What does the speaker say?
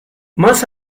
más